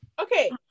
Okay